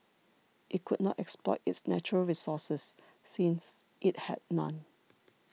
it could not exploit its natural resources since it had none